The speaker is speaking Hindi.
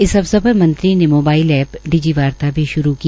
इस अवसरपर मंत्री ने मोबाइल ऐप डिजी वार्ता भी शुरू की